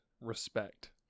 respect